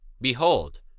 behold